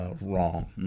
wrong